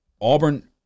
Auburn